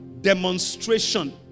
Demonstration